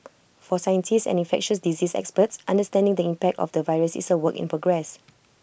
for scientists and infectious diseases experts understanding the impact of the virus is A work in progress